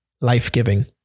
life-giving